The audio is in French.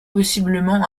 possiblement